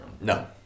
No